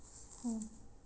mm